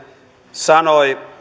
sanoi